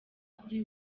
kuri